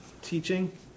teaching